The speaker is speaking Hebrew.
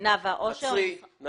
עצרי.